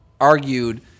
argued